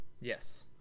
Yes